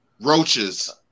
Roaches